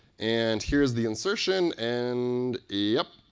and here is the insertion, and, yup,